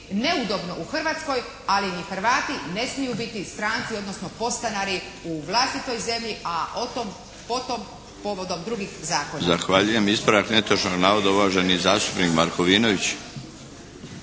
neudobno u Hrvatskoj, ali ni Hrvati ne smiju biti stanci odnosno podstanari u vlastitoj zemlji. A o tom potom povodom drugih zakona. **Milinović, Darko (HDZ)** Zahvaljujem. Ispravak netočnog navoda uvaženi zastupnik Markovinović.